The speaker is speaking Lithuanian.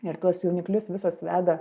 ir tuos jauniklius visos veda